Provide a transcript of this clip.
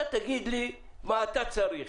תגיד לי מה אתה צריך.